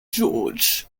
george